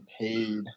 paid